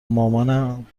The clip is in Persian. مامان